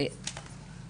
אנחנו